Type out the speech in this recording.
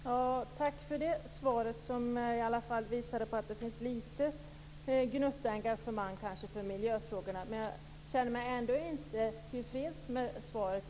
Herr talman! Tack för det svaret som i alla fall visade att det finns en liten gnutta engagemang för miljöfrågorna. Men jag känner mig ändå inte tillfreds med svaret.